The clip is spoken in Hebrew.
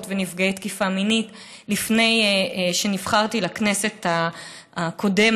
ונפגעי תקיפה מינית לפני שנבחרתי לכנסת הקודמת,